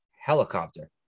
helicopter